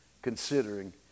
Considering